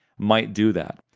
might do that.